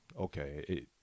okay